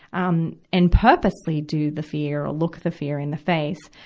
um, and purposely do the fear or look the fear in the face,